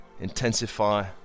intensify